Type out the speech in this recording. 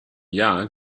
jahr